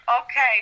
okay